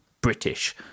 British